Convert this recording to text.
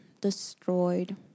destroyed